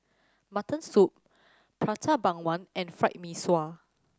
Mutton Soup Prata Bawang and Fried Mee Sua